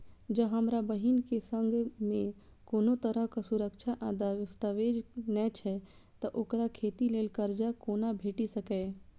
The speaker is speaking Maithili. जँ हमरा बहीन केँ सङ्ग मेँ कोनो तरहक सुरक्षा आ दस्तावेज नै छै तऽ ओकरा खेती लेल करजा कोना भेटि सकैये?